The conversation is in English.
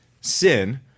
sin